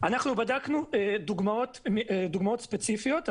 אנחנו בדקנו דוגמאות ספציפיות.